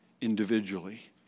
individually